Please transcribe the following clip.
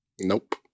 Nope